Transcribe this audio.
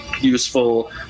useful